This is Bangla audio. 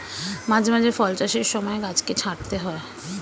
মাঝে মধ্যে ফল চাষের সময় গাছকে ছাঁটতে হয়